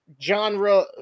genre